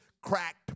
Cracked